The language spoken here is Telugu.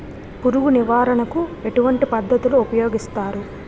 పురుగు నివారణ కు ఎటువంటి పద్ధతులు ఊపయోగిస్తారు?